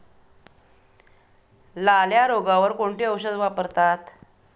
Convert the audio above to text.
लाल्या रोगावर कोणते औषध वापरतात?